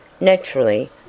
Naturally